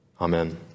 Amen